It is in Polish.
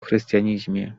chrystianizmie